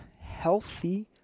healthy